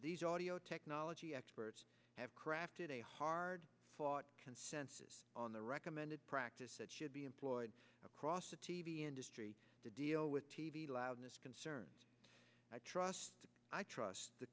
these audio technology experts have crafted a hard fought consensus on the recommended practice that should be employed across the t v industry to deal with t v loudness concerns i trust i trust the